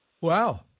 Wow